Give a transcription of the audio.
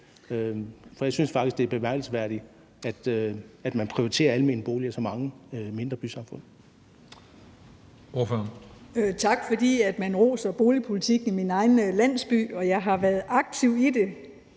for jeg synes faktisk, det er bemærkelsesværdigt, at man prioriterer almene boliger i så mange mindre bysamfund.